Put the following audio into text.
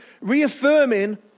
reaffirming